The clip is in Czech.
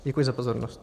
Děkuji za pozornost.